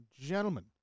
gentlemen